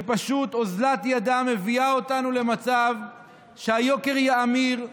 שפשוט אוזלת ידה מביאה אותנו למצב שהיוקר יאמיר.